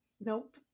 Nope